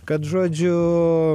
kad žodžiu